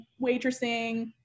waitressing